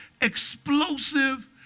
explosive